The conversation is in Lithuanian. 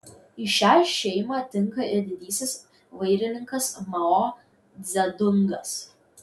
į šią šeimą tinka ir didysis vairininkas mao dzedungas